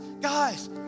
guys